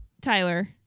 Tyler